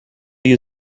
you